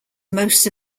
most